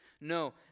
No